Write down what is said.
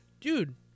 dude